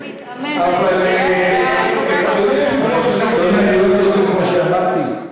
אני לא צודק במה שאמרתי?